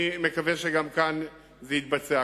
אני מקווה שגם כאן זה יתבצע.